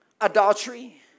adultery